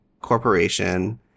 corporation